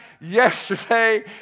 yesterday